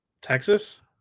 texas